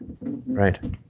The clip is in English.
right